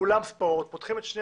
אולם ספורט, פותחים את שני